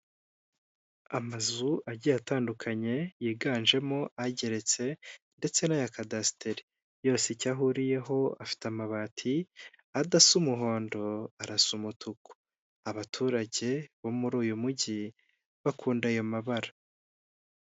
Amazu agiye atandukanye, yiganjemo ageretse ndetse n'aya kadasiteri, yose icyo ahuriyeho afite amabati, adasa umuhondo, arasa umutuku, abaturage bo muri uyu mujyi bakunda ayo mabara.